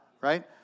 right